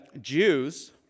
Jews